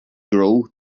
grow